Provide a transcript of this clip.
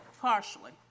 partially